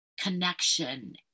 connection